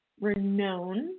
renowned